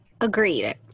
Agreed